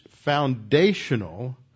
foundational